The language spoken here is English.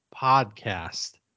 podcast